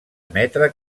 emetre